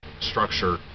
structure